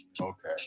Okay